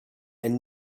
and